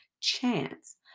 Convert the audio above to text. chance